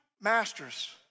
masters